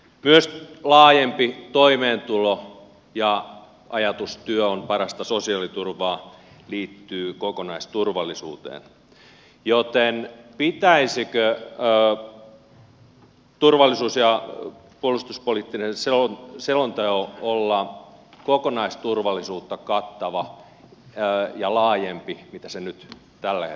myös laajempi toimeentulo ja ajatus työ on parasta sosiaaliturvaa liittyy kokonaisturvallisuuteen joten pitäisikö turvallisuus ja puolustuspoliittisen selonteon olla kokonaisturvallisuutta kattava ja laajempi kuin se nyt tällä hetkellä on